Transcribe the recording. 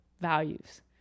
values